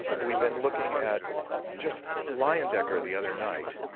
we've been looking at just leyendecker the other night.